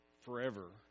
forever